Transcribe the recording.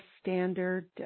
standard